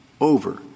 over